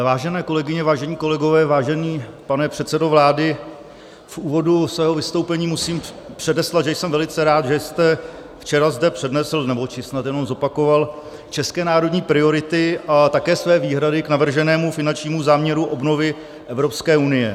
Vážené kolegyně, vážení kolegové, vážený pane předsedo vlády, v úvodu svého vystoupení musím předeslat, že jsem velice rád, že jste včera zde přednesl, nebo či snad jenom zopakoval české národní priority a také své výhrady k navrženému finančnímu záměru obnovy Evropské unie.